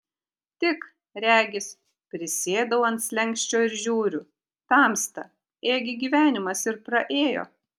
tik regis prisėdau ant slenksčio ir žiūriu tamsta ėgi gyvenimas ir praėjo